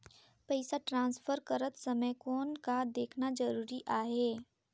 पइसा ट्रांसफर करत समय कौन का देखना ज़रूरी आहे?